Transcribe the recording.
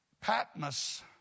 Patmos